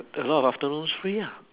a lot of afternoons free ah